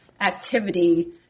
activity